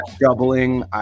doubling